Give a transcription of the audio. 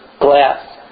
glass